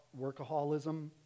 workaholism